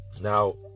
now